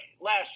last